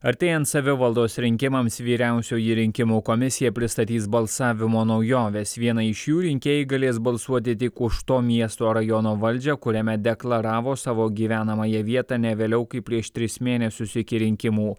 artėjant savivaldos rinkimams vyriausioji rinkimų komisija pristatys balsavimo naujoves vieną iš jų rinkėjai galės balsuoti tik už to miesto rajono valdžią kuriame deklaravo savo gyvenamąją vietą ne vėliau kaip prieš tris mėnesius iki rinkimų